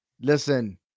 listen